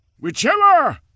Whichever